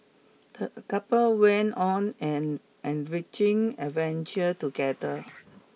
the couple went on an enriching adventure together